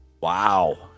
Wow